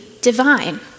divine